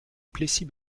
plessis